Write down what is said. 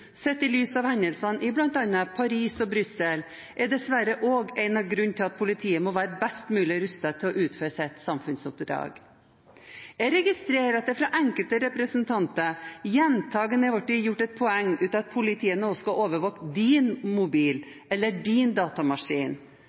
sett i lys av hendelsene i bl.a. Paris og Brussel, er dessverre også en av grunnene til at politiet må være best mulig rustet til å utføre sitt samfunnsoppdrag. Jeg registrerer at det fra enkelte representanter gjentakende har vært gjort et poeng av at politiet nå skal overvåke din mobil eller din datamaskin.